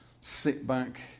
sit-back